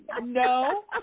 no